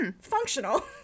functional